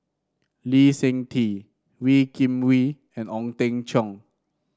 Lee Seng Tee Wee Kim Wee and Ong Teng Cheong